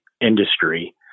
industry